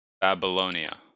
Babylonia